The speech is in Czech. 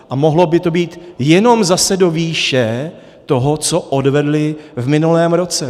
A mohlo by to být jenom zase do výše toho, co odvedly v minulém roce.